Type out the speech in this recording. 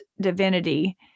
divinity